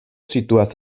situas